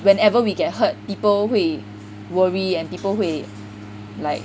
whenever we get hurt people 会 worry and people 会 like